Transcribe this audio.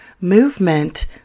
movement